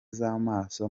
z’amaso